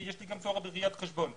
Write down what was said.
יש לי גם תואר בראיית חשבון.